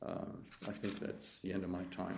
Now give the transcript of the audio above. i think that's the end of my time